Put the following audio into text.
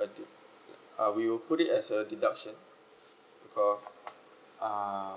a d~ uh we will put it as a deduction because uh